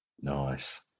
Nice